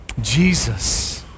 Jesus